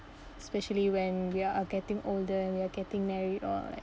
especially when we are getting older and we are getting married or like